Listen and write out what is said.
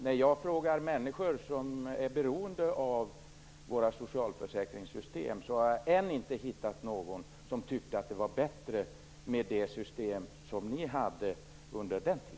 När jag har frågat människor som är beroende av våra socialförsäkringssystem, har jag än inte hittat någon som tycker att det var bättre med det system ni hade under den perioden.